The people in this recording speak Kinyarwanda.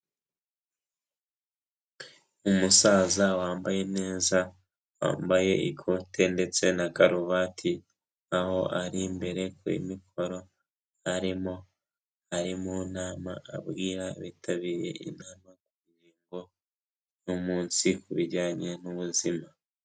Umusaza wambaye neza wambaye ikote ndetse na karuvati, aho ari imbere kuri mikoro arimo, ari mu nama abwira abitabiriye inama uno munsi ku bijyanye n'ubuzima.